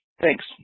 Thanks